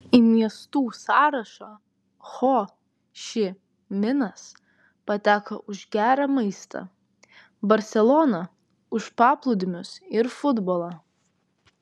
į miestų sąrašą ho ši minas pateko už gerą maistą barselona už paplūdimius ir futbolą